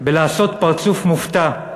בלעשות פרצוף מופתע,